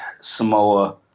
Samoa